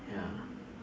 ya